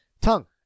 Tongue